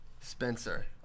Spencer